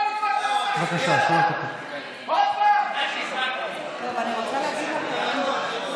עוד פעם נכנסת רק להצביע?